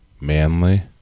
manly